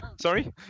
Sorry